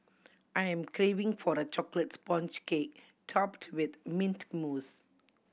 I am craving for the chocolate sponge cake topped with mint mousse